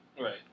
Right